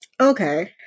Okay